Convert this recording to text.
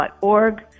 org